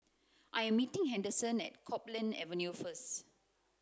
I am meeting Henderson at Copeland Avenue first